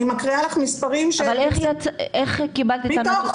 אני מקריאה לך מספרים --- אבל איך קיבלת --- מתוך